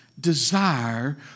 desire